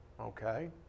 Okay